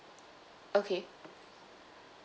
okay